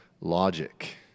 logic